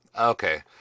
okay